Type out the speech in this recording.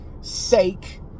sake